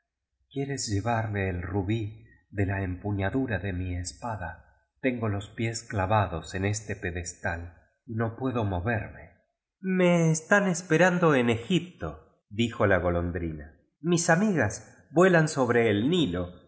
quióres llevarles el rubí de la empuñadura de mí espada tengo los pies cla vados en este pedestal y no puedo moverme me están esperando en egipto dijo la golon drina mis amigas vuelan sobre el kilo